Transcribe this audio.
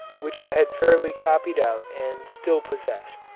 which i had fairly copied out and still possess.